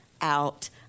out